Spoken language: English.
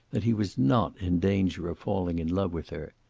that he was not in danger of falling in love with her.